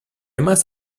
must